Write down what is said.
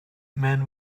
man